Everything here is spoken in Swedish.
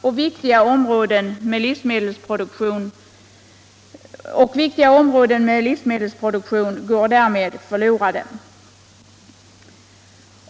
och viktiga områden med livsmedelsproduktion går därmed förlorade.